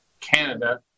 Canada